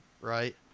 right